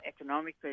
economically